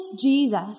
Jesus